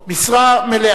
משרה מלאה.